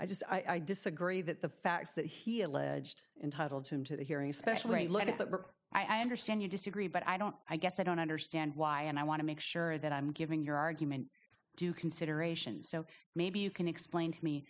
i just i disagree that the facts that he alleged entitled him to the hearings special a letter i understand you disagree but i don't i guess i don't understand why and i want to make sure that i'm giving your argument due consideration so maybe you can explain to me